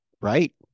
Right